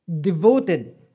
Devoted